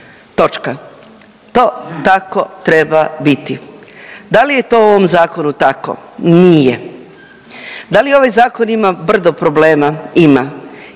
Točka. To tako treba biti. Da li je to u ovom zakonu tako? Nije. Da li ovaj zakon ima brdo problema? Ima